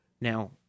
Now